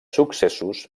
successos